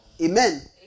Amen